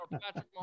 Patrick